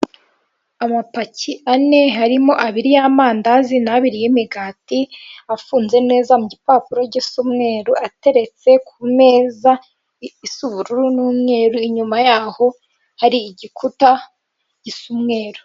Isoko ryubakiye ririmo ibiribwa bitandukanye bari gucuruza; ibyubaka umubiri, ibirinda indwara, ibitera imbaraga byose birimo, ni byiza kubirya harimo intoryi, harimo inyanya n'ibindi nk'ibitoki n'ibindi birahari